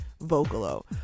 Vocalo